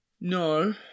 No